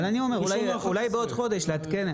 אבל אני אומר שאולי בעוד חודש לעדכן.